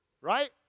right